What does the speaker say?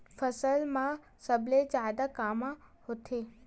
फसल मा सबले जादा कामा होथे?